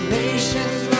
nations